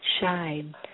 shine